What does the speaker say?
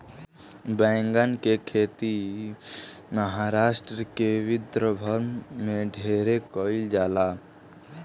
बैगन के खेती महाराष्ट्र के विदर्भ में ढेरे कईल जाला